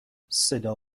صدا